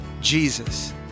Jesus